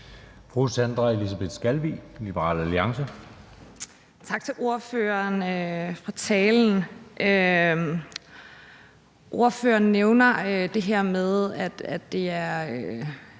Tak til ordføreren for talen. Ordføreren nævner det her med, at den her